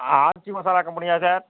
ஆச்சி மசாலா கம்பெனியா சார்